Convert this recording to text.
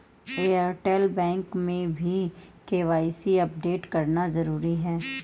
Airtel bank में भी KYC update करना जरूरी है